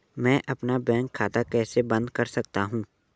मैं अपना बैंक खाता कैसे बंद कर सकता हूँ?